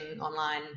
online